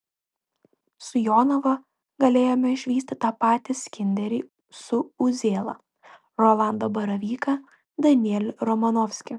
su jonava galėjome išvysti tą patį skinderį su uzėla rolandą baravyką danielį romanovskį